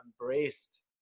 embraced